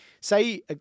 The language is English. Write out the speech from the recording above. say